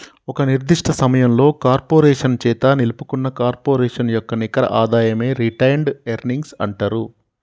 ఒక నిర్దిష్ట సమయంలో కార్పొరేషన్ చేత నిలుపుకున్న కార్పొరేషన్ యొక్క నికర ఆదాయమే రిటైన్డ్ ఎర్నింగ్స్ అంటరు